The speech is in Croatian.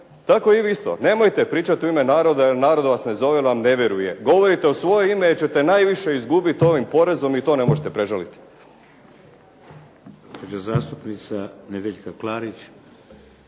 Tako i vi isto. Nemojte pričati u ime naroda, jer vas narod ne zove, jer vam ne vjeruje. Govorite u svoje ime jer ćete najviše izgubiti s ovim porezom i to ne možete prežaliti.